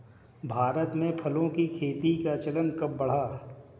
भारत में फलों की खेती का चलन कब बढ़ा?